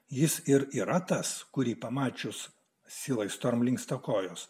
jis ir yra tas kurį pamačius siūlai storam linksta kojos